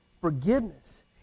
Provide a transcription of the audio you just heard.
forgiveness